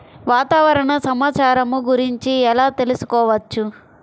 వాతావరణ సమాచారము గురించి ఎలా తెలుకుసుకోవచ్చు?